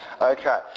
Okay